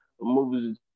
Movies